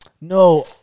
No